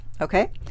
okay